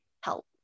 help